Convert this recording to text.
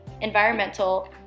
environmental